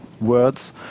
words